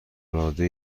العاده